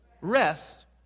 Rest